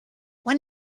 when